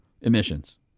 emissions